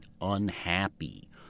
unhappy